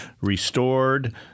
restored